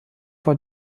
vor